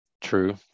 true